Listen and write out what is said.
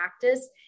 practice